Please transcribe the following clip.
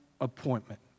appointment